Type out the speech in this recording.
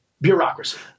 bureaucracy